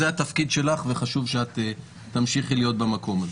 זה התפקיד שלך וחשוב שאת תמשיכי להיות במקום הזה.